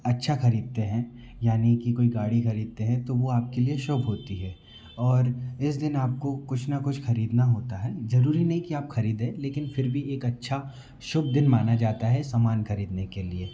अच्छा ख़रीदते हैं यानी कि कोई गाड़ी ख़रीदते हैं तो वो आप के लिए शुभ होती है और इस दिन आप को कुछ ना कुछ ख़रीदना होता है ज़रूरी नहीं कि आप ख़रीदें लेकिन फिर भी एक अच्छा शुभ दिन माना जाता है सामान ख़रीदने के लिए